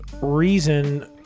reason